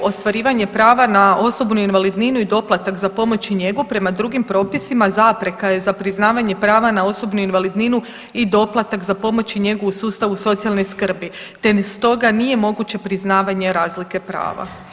Ostvarivanje prava na osobnu invalidninu i doplatak za pomoć i njegu prema drugim propisima zapreka je za priznavanje prava na osobnu invalidninu i doplatak za pomoć i njegu u sustavu socijalne skrbi te ni stoga nije moguće priznavanje razlike prava.